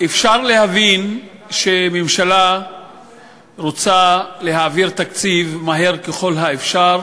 אפשר להבין שממשלה רוצה להעביר תקציב מהר ככל האפשר,